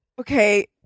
Okay